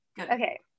okay